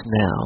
now